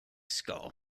skull